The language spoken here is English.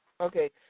Okay